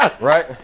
right